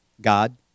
God